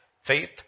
faith